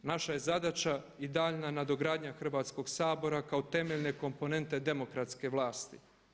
Naša je zadaća i daljnja nadogradnja Hrvatskog sabora kao temeljne komponente demokratske vlasti.